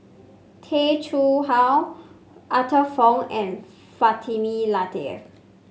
Tay Chee How Arthur Fong and Fatimah Lateef